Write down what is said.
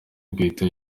bwite